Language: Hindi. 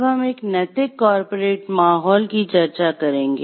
अब हम एक नैतिक कॉर्पोरेट माहौल की चर्चा करेंगे